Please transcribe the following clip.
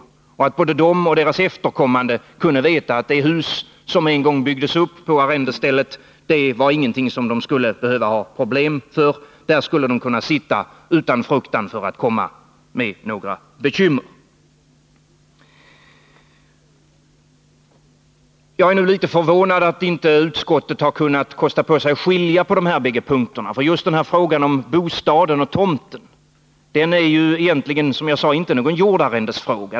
Det vore skönt både för dem och deras efterkommande att veta att de utan bekymmer får bo kvar i det hus som en gång byggdes upp på arrendestället. Jag är nu litet förvånad över att utskottet inte har kunnat kosta på sig att skilja på dessa båda punkter. Just frågan om bostaden och tomten är, som jag sade, inte en jordarrendesfråga.